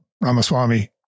Ramaswamy